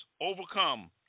overcome